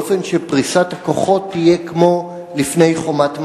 באופן שפריסת הכוחות תהיה כמו לפני "חומת מגן".